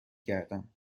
گردم